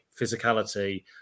physicality